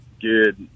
good